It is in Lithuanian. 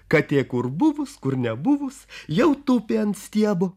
katė kur buvus kur nebuvus jau tupi ant stiebo